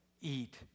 eat